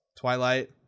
twilight